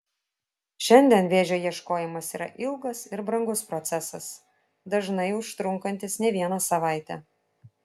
šiandien vėžio ieškojimas yra ilgas ir brangus procesas dažnai užtrunkantis ne vieną savaitę